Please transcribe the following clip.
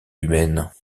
humaine